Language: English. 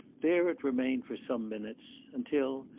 there it remained for some minutes, until,